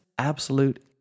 Absolute